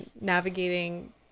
navigating